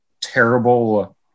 terrible